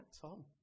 Tom